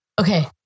Okay